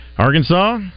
Arkansas